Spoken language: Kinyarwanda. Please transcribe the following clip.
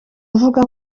avuga